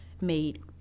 made